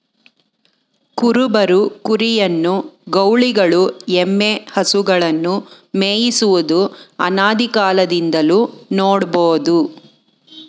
ಕುರುಬರು ಕುರಿಯನ್ನು, ಗೌಳಿಗಳು ಎಮ್ಮೆ, ಹಸುಗಳನ್ನು ಮೇಯಿಸುವುದು ಅನಾದಿಕಾಲದಿಂದಲೂ ನೋಡ್ಬೋದು